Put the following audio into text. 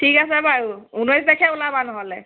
ঠিক আছে বাৰু ঊনৈছ তাৰিখে ওলাবা নহ'লে